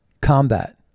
combat